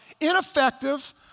ineffective